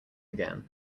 again